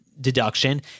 deduction